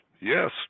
Yes